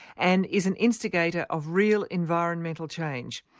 and is an instigator of real environmental change.